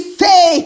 say